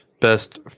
Best